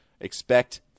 expect